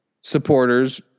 supporters